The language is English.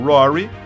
Rory